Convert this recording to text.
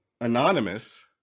Anonymous